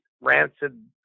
rancid